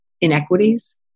inequities